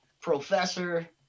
Professor